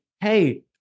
Hey